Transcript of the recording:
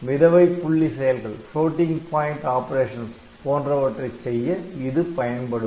மிதவைப் புள்ளி செயல்கள் போன்றவற்றை செய்ய இது பயன்படும்